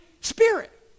Spirit